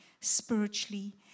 spiritually